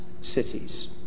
cities